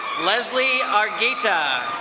leslie argueta.